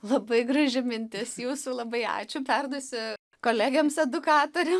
labai graži mintis jūsų labai ačiū perdusiu kolegėms edukatorėm